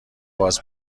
باز